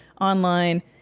online